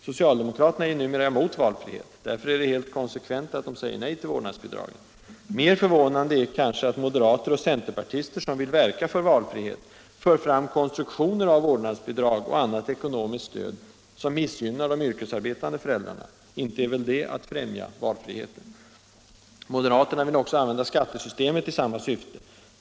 Socialdemokraterna är ju numera emot valfrihet. Därför är det helt konsekvent att de säger nej till vårdnadsbidragen. Mer förvånande är kanske att moderater och centerpartister, som vill verka för valfrihet, för fram konstruktioner av vårdnadsbidrag och annat ekonomiskt stöd som missgynnar de yrkesarbetande föräldrarna. Inte är väl det att främja valfriheten? Moderaterna vill också använda skattesystemet i samma syfte.